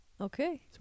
Okay